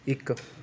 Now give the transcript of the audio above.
ਇੱਕ